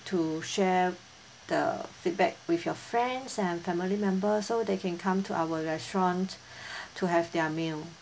to share the feedback with your friends and family members so they can come to our restaurant to have their meal